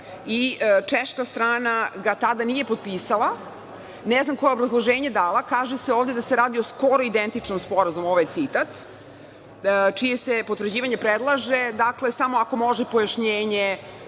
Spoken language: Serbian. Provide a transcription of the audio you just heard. i češka strana ga tada nije potpisala. Ne znam koje je obrazloženje dala, kaže se ovde da se radi o skoro identičnom sporazumu, ovaj citat čije se potvrđivanje predlaže, dakle, samo ako može pojašnjenje,